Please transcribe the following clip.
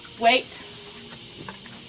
Wait